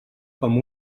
com